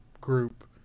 group